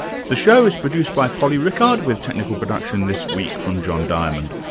the show is produced by polly rickard, with technical production this week from john diamond.